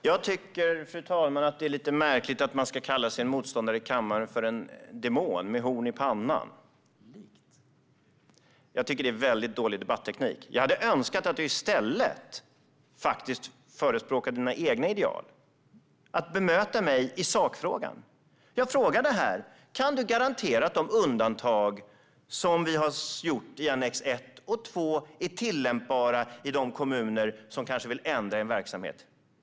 Fru talman! Jag tycker att det är lite märkligt att kalla sin motståndare i kammaren för en demon med horn i pannan. Jag tycker att det är en väldigt dålig debatteknik att göra så. Jag hade önskat att du i stället faktiskt förespråkade dina egna ideal och bemötte mig i sakfrågan, Hans Rothenberg. Jag frågade: Kan du garantera att de undantag som vi har gjort i annex 1 och 2 är tillämpbara i de kommuner som kanske vill ändra i en verksamhet?